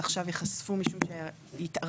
ועכשיו ייחשפו משום שהיא התארכה?